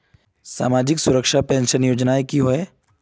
सामाजिक सुरक्षा पेंशन योजनाएँ की होय?